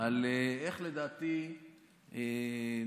על איך לדעתי נכון